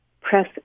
press